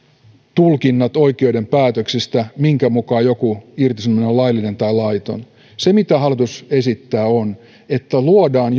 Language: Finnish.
tulkinnat oikeuden päätöksistä minkä mukaan joku irtisanominen on laillinen tai laiton se mitä hallitus esittää on että luodaan